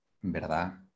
¿verdad